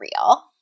real